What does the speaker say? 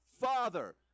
Father